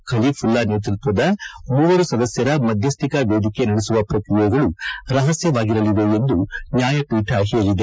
ಖಲೀಫುಲ್ಲಾ ನೇತೃತ್ವದ ಮೂವರು ಸದಸ್ಯರ ಮಧ್ಯಸ್ಥಿಕಾ ವೇದಿಕೆ ನಡೆಸುವ ಪ್ರಕ್ರಿಯೆಗಳು ರಹಸ್ಯವಾಗಿರಲಿವೆ ಎಂದು ನ್ಯಾಯಪೀಠ ಹೇಳಿದೆ